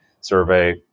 survey